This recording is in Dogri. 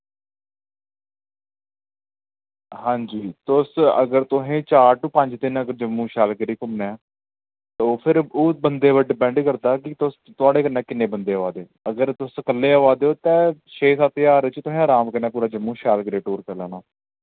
हांजी तुस अगर तुसें चार टू पंज दिन अगर जम्मू शैल करी घुम्मना ऐ तो फिर ओह् बंदे पर डिपेंड करदा ऐ कि तुस थोआड़े कन्नै किन्ने बंदे आवा दे अगर तुस कल्ले आवा दे ओ तै छे सत्त ज्हार च तुसैं अराम कन्नै पूरा जम्मू शैल करियै टूर करी लैना